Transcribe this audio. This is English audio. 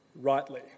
rightly